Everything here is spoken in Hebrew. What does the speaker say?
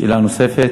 שאלה נוספת.